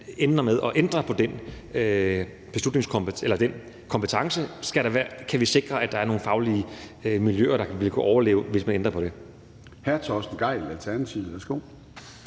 ender med at ændre på den kompetence. Kan vi sikre, at der er nogle faglige miljøer, der vil kunne overleve, hvis man ændrer på det?